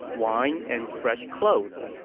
wine, and fresh clothes.